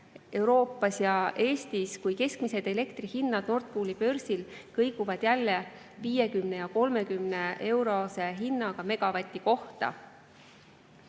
Euroopas ja Eestis, kui keskmised elektrihinnad Nord Pooli börsil kõiguvad jälle 50 ja 30 euro vahel megavati kohta.